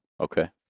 Okay